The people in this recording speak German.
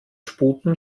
sputen